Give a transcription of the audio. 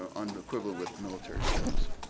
ah unequivocably with military service.